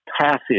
passage